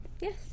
Yes